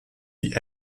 die